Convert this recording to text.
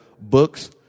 books